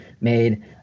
made